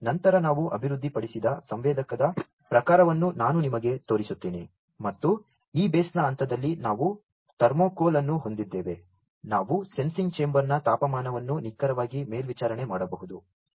ಮತ್ತು ನಂತರ ನಾವು ಅಭಿವೃದ್ಧಿಪಡಿಸಿದ ಸಂವೇದಕದ ಪ್ರಕಾರವನ್ನು ನಾನು ನಿಮಗೆ ತೋರಿಸುತ್ತೇನೆ ಮತ್ತು ಈ ಬೇಸ್ನ ಹಂತದಲ್ಲಿ ನಾವು ಥರ್ಮೋಕೂಲ್ ಅನ್ನು ಹೊಂದಿದ್ದೇವೆ ನಾವು ಸೆನ್ಸಿಂಗ್ ಚೇಂಬರ್ನ ತಾಪಮಾನವನ್ನು ನಿಖರವಾಗಿ ಮೇಲ್ವಿಚಾರಣೆ ಮಾಡಬಹುದು